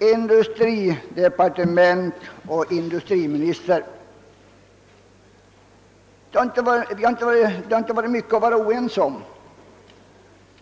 industridepartement och en industriminister. Det har inte varit mycket att vara oense om.